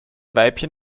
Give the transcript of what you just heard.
weibchen